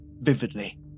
vividly